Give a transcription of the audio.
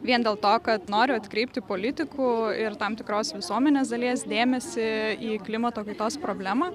vien dėl to kad noriu atkreipti politikų ir tam tikros visuomenės dalies dėmesį į klimato kaitos problemą